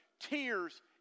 tears